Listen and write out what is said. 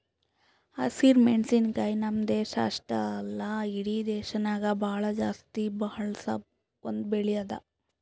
ಹಸಿರು ಮೆಣಸಿನಕಾಯಿ ನಮ್ಮ್ ದೇಶ ಅಷ್ಟೆ ಅಲ್ಲಾ ಇಡಿ ವಿಶ್ವದಾಗೆ ಭಾಳ ಜಾಸ್ತಿ ಬಳಸ ಒಂದ್ ಬೆಳಿ ಅದಾ